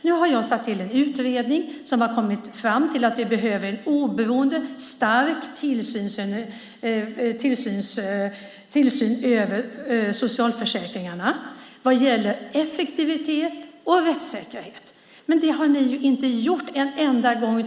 Nu har jag tillsatt en utredning som har kommit fram till att vi behöver en oberoende, stark tillsyn över socialförsäkringarna vad gäller effektivitet och rättssäkerhet. Men en sådan tillsyn har ni inte utövat en enda gång.